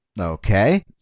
Okay